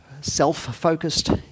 self-focused